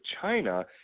China